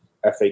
FA